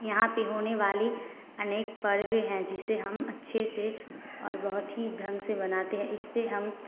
यहाँ पे होने वाली अनेक पर्वे हैं जिसे हम अच्छे से और बहुत ही ढंग से बनाते हैं इससे हम